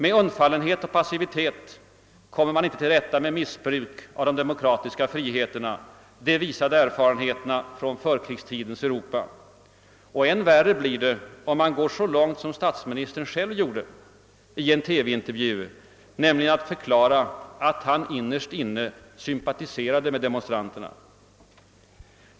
Med undfallenhet och passivitet kommer man inte till rätta med missbruk av de demokratiska friheterna — det visade erfarenheterna från förkrigstidens Europa. Än värre blir det om man går så långt som statsministern själv gjorde i en TV-intervju, då han förklarade att han »innerst inne» sympatiserade med demonstranterna.